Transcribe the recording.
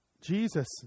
Jesus